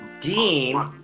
Dean